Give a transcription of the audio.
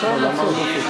בעבודה הפרלמנטרית,